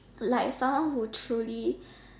like someone who truly